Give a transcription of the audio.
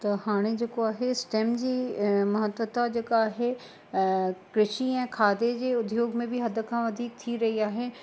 त हाणे जेको आहे स्टेम जी महत्वता जेका आहे कृषि ऐं खाधे जे उद्योग में बि हद खां वधीक थी रही आहे